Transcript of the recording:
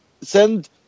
send